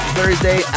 Thursday